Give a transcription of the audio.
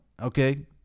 Okay